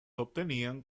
obtenían